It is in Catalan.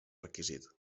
requisit